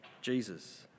Jesus